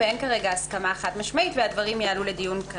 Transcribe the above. ואין כרגע הסכמה חד משמעית והדברים יעלו לדיון.